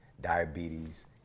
diabetes